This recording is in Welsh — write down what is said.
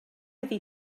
iddi